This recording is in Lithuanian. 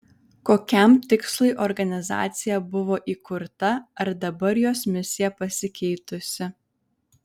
kokiam tikslui organizacija buvo įkurta ar dabar jos misija pasikeitusi